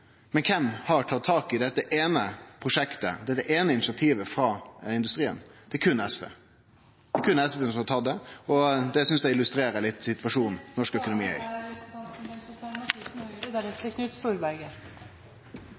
Men kven har tatt tak i dette eine prosjektet, dette eine initiativet frå industrien? Det er berre SV. Det er berre SV som har tatt det, og det synest eg illustrerer litt situasjonen…. Takk, da er